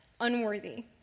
unworthy